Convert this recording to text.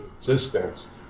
existence